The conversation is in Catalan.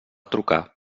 trucar